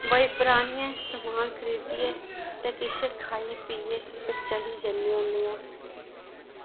बजीपुरा आनियै समान खरीदियै ते के किश खाई पीये ते चली जन्ने होन्ने ऐं